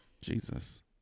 Jesus